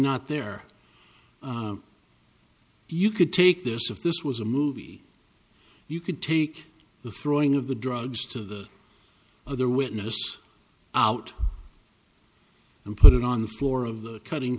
not there you could take this if this was a movie you could take the throwing of the drugs to the other witness out and put it on the floor of the cutting